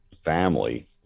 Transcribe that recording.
family